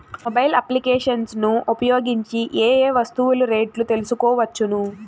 Mobile applications ను ఉపయోగించి ఏ ఏ వస్తువులు రేట్లు తెలుసుకోవచ్చును?